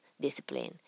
discipline